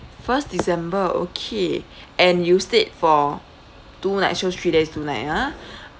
first december okay and you stayed for two night so it's three days two night ah